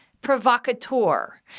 provocateur